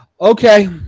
Okay